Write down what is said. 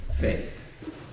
faith